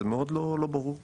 זה מאוד לא ברור פה.